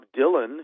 Dylan